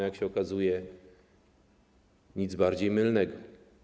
Jak się okazuje, nic bardziej mylnego.